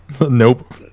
Nope